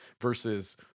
versus